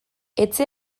etxe